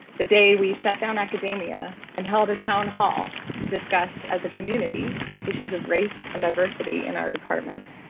the day we shut down academia and held a town hall to discuss as a community issues of race and diversity in our department.